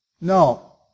No